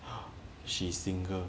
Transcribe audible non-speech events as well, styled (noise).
(breath) she single